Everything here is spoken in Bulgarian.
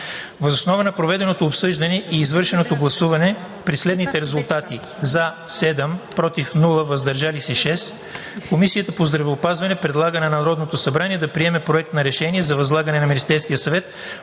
Въз основа на проведеното обсъждане и извършеното гласуване при следните резултати: „за“ – 7, без „против“ и „въздържал се“ – 6, Комисията по здравеопазването предлага на Народното събрание да приеме проект на решение за възлагане на Министерския съвет